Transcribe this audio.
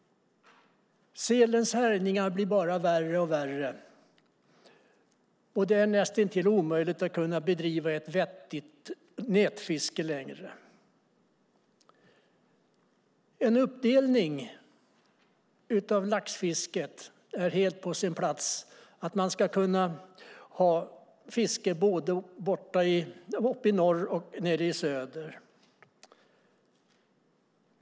Sälens härjningar blir bara värre och värre. Det är näst intill omöjligt att längre kunna bedriva ett vettigt nätfiske. En uppdelning av laxfisket är helt på sin plats. Man ska kunna ha fiske både uppe i norr och nere i söder.